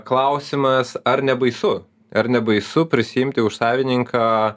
klausimas ar nebaisu ar nebaisu prisiimti už savininką